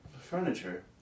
Furniture